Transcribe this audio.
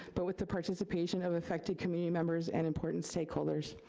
but with the participation of affected community members and important stakeholders.